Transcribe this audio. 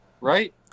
right